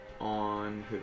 On